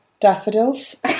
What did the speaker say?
daffodils